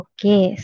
Okay